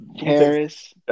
Harris